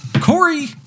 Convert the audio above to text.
Corey